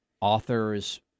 authors